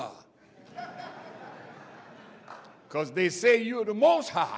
are because they say you are the most high